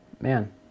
Man